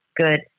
good